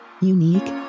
unique